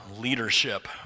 leadership